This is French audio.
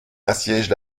assiègent